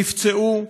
נפצעו,